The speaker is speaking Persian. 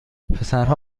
پسرها